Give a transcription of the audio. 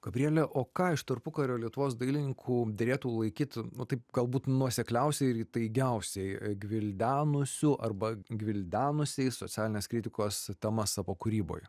gabriele o ką iš tarpukario lietuvos dailininkų derėtų laikyt nu taip galbūt nuosekliausiai ir įtaigiausiai gvildenusių arba gvildenusiais socialinės kritikos temas savo kūryboje